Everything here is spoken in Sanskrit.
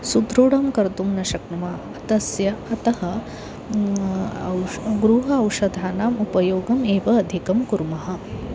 सुदृढं कर्तुं न शक्नुमः तस्य अतः औष् गृह औषधानाम् उपयोगम् एव अधिकं कुर्मः